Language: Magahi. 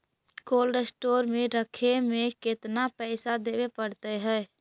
कोल्ड स्टोर में रखे में केतना पैसा देवे पड़तै है?